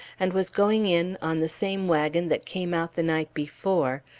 and was going in on the same wagon that came out the night before,